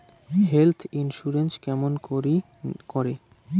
Health insurance কেমন করি করে?